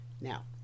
now